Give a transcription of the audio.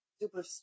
super